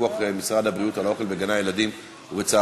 פיקוח משרד הבריאות על האוכל בגני-הילדים ובצהרונים,